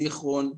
זיכרון,